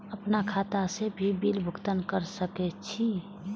आपन खाता से भी बिल भुगतान कर सके छी?